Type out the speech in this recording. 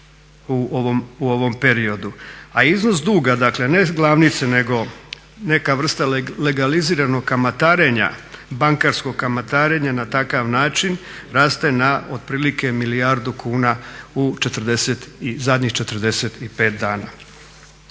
u ovom periodu. A iznos duga, dakle ne glavnice nego neka vrsta legaliziranog kamatarenja, bankarskog kamatarenja na takav način raste na otprilike milijardu kuna u zadnjih 45 dana.